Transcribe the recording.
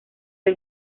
del